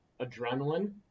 adrenaline